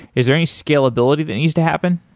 is there any scalability that needs to happen?